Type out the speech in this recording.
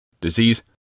disease